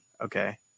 okay